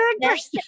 Yes